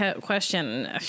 question